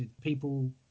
people